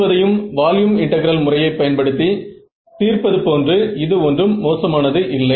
முழுவதையும் volume integral முறையை பயன்படுத்தி தீர்ப்பது போது இது ஒன்றும் மோசம் ஆனது இல்லை